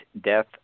Death